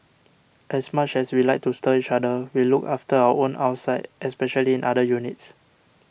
as much as we like to stir each other we look after our own outside especially in other units